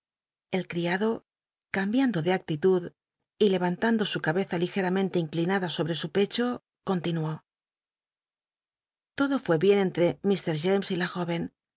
el criado cambiando de actitud y jc antando su cabeza ligeramente inclinada sobre u pecho continuó l'odo fué bien entre ir james y la jó